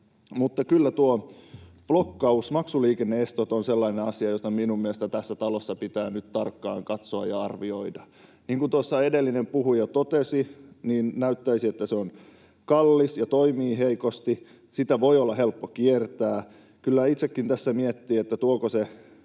mutta kyllä tuo blokkaus, maksuliikenne-estot, on sellainen asia, jota minun mielestäni tässä talossa pitää nyt tarkkaan katsoa ja arvioida. Niin kuin tuossa edellinen puhuja totesi, niin näyttäisi, että se on kallis ja toimii heikosti, sitä voi olla helppo kiertää. Kyllä itsekin tässä miettii, että tuoko se